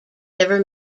never